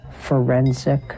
forensic